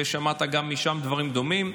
ושמעת גם משם דברים דומים.